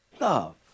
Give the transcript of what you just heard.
love